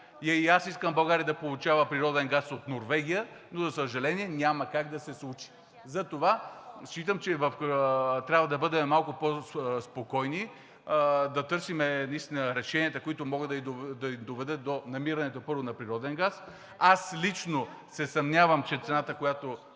И аз искам България да получава природен газ от Норвегия, но за съжаление, няма как да се случи. Затова считам, че трябва да бъдем малко по-спокойни, да търсим решенията, които могат да ни доведат до намирането, първо, на природен газ. Аз лично се съмнявам, че цената, която